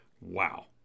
Wow